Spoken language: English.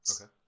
Okay